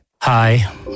Hi